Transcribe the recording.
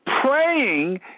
Praying